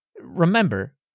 remember